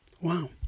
Wow